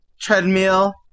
treadmill